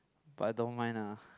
but I don't mind lah